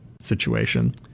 situation